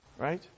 Right